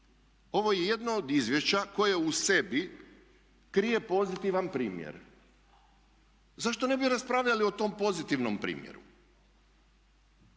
Ovo je jedno od izvješća koje u sebi krije pozitivan primjer. Zašto ne bi raspravljali o tom pozitivnom primjeru?